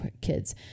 kids